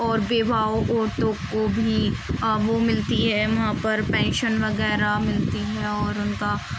اور بیواؤں عورتوں کو بھی وہ ملتی ہے وہاں پر پینشن وغیرہ ملتی ہے اور ان کا